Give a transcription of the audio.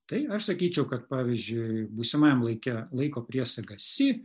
tai aš sakyčiau kad pavyzdžiui būsimajam laike laiko priesaga si